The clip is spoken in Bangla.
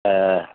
হ্যাঁ